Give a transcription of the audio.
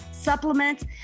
Supplements